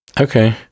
Okay